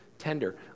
tender